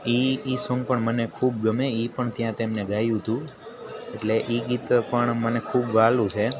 એ એ સોંગ પણ મને ખૂબ ગમે એ પણ ત્યાં તેમને ગાયું હતું એટલે એ ગીત પણ મને ખૂબ વહાલું છે